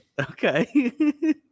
Okay